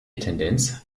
tendenz